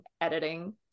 editing